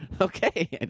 Okay